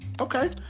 okay